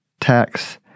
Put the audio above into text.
tax